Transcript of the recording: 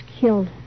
killed